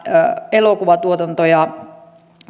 elokuvatuotantoja